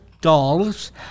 dolls